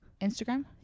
Instagram